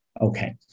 Okay